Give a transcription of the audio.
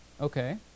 Okay